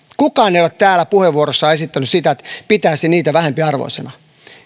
kukaan ei ole täällä puheenvuorossaan esittänyt sitä että pitäisi niitä vähempiarvoisina